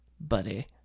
Buddy